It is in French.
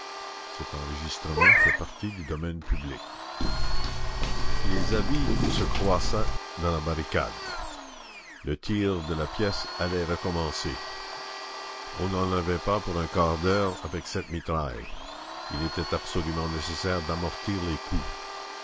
les avis se croisaient dans la barricade le tir de la pièce allait recommencer on n'en avait pas pour un quart d'heure avec cette mitraille il était absolument nécessaire d'amortir les coups